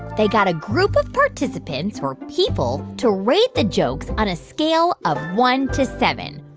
they got a group of participants or people to rate the jokes on a scale of one to seven,